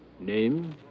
Name